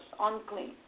unclean